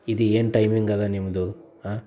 ಇದೇನು ಟೈಮಿಂಗ್ ಇದೆ ನಿಮ್ಮದು ಹಾಂ